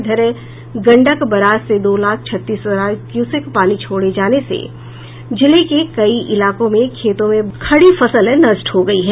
इधर गंडक बराज से दो लाख छत्तीस हजार क्यूसेक पानी छोड़े जाने से जिले के कई इलाकों में खेतों में खड़ी फसल नष्ट हो गयी है